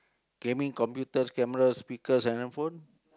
gaming computers cameras speakers and handphone